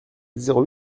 zéro